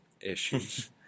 issues